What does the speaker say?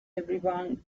everyone